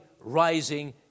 rising